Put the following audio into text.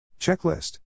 Checklist